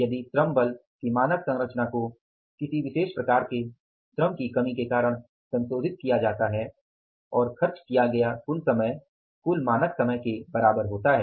यदि श्रम बल की मानक संरचना को विशेष प्रकार के श्रम की कमी के कारण संशोधित किया जाता है और खर्च किया गया कुल समय कुल मानक समय के बराबर होता है